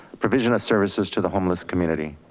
provision of services to the homeless community.